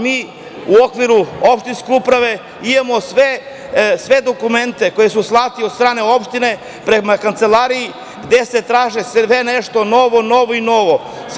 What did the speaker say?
Mi u okviru opštinske uprave imamo sve dokumente koji su slate od strane opštine prema Kancelariji, gde se traži sve nešto novo, novo i novo.